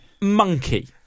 monkey